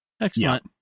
excellent